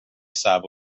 صعب